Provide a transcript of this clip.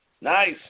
Nice